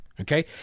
okay